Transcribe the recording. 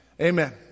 Amen